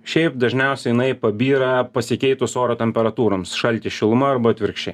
šiaip dažniausiai jinai pabyra pasikeitus oro temperatūroms šaltis šiluma arba atvirkščiai